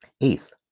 Eighth